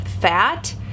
fat